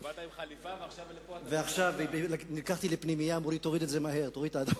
אתה באת עם חליפה, ועכשיו לפה אתה בא עם חולצה.